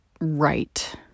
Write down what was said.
right